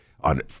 on